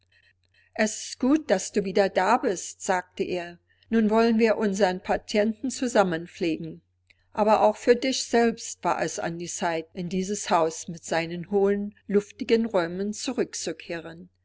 es ist gut daß du wieder da bist sagte er nun wollen wir unsern patienten zusammen pflegen aber auch für dich selbst war es an der zeit in dieses haus mit seinen hohen luftigen räumen